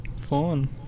Fun